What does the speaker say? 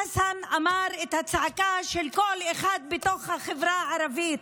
חסן צעק את הצעקה של כל אחד בתוך החברה הערבית.